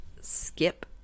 skip